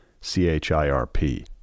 C-H-I-R-P